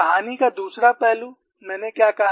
कहानी का दूसरा पहलू मैंने क्या कहा